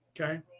okay